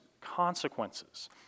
consequences